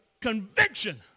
Conviction